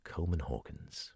Coleman-Hawkins